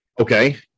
Okay